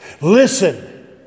Listen